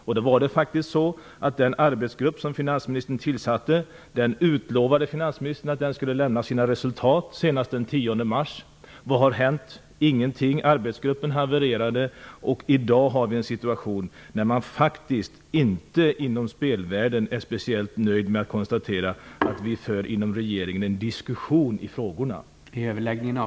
Finansministern utlovade att den arbetsgrupp som finansministern tillsatte skulle lämna sina resultat senast den 10 mars. Vad har hänt? Ingenting. Arbetsgruppen havererade, och i dag har vi en situation där man inom spelvärlden inte är speciellt nöjd med att konstatera att regeringen för en diskussion i frågorna.